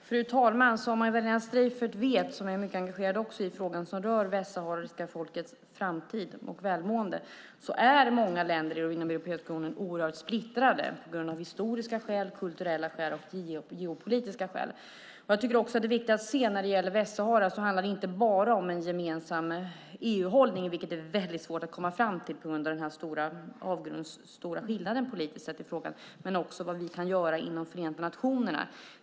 Fru talman! Som Magdalena Streiffert vet - hon är också mycket engagerad i frågan som rör det västsahariska folkets framtid och välmående - är länderna inom Europeiska unionen oerhört splittrade, av historiska skäl, kulturella skäl och geopolitiska skäl. När det gäller Västsahara är det viktigt att se att det inte bara handlar om en gemensam EU-hållning, som det är väldigt svårt att komma fram till på grund av den avgrundsstora skillnaden politiskt sett i frågan, utan också handlar om vad vi kan göra inom Förenta nationerna.